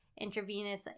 intravenous